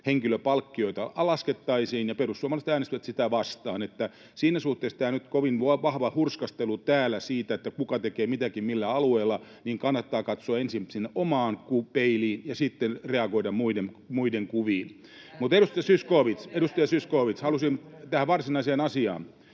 luottamushenkilöpalkkioita, laskettaisiin, ja perussuomalaiset äänestivät sitä vastaan. Siinä suhteessa, kun täällä on nyt kovin vahvaa hurskastelua siitä, kuka tekee mitäkin milläkin alueella, kannattaa katsoa ensin sinne omaan peiliin ja sitten reagoida muiden kuviin. [Leena Meren välihuuto] Mutta, edustaja Zyskowicz, haluaisin mennä tähän varsinaiseen asiaan,